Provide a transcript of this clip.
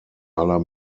aller